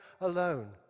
alone